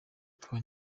twa